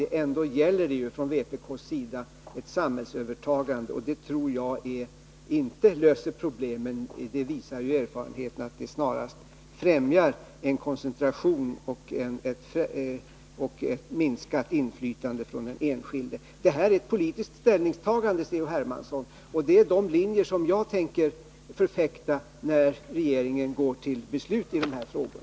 Vad vpk vill ha är ett samhällsövertagande av företagen, och det tror jag inte löser problemen. Erfarenheterna visar också att det snarast främjar en koncentration och ett minskat inflytande för den enskilde. Det här är ett politiskt ställningstagande, Carl-Henrik Hermansson, och det är de här linjerna jag tänker förfäkta när regeringen går till beslut i dessa frågor.